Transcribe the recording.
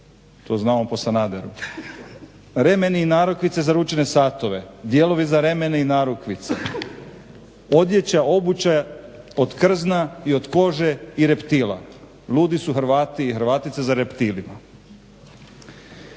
to znamo po Sanaderu, remeni i narukvice za ručne satove, dijelovi za remene i narukvice, odjeća, obuća od krzna i od kože i reptila, ludi su Hrvati i Hrvatice za reptilima.